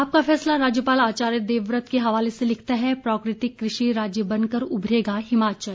आपका फैसला राज्यपाल आचार्य देवव्रत के हवाले से लिखता है प्राकृतिक कृषि राज्य बनकर उभरेगा हिमाचल